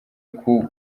kuwa